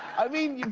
i mean,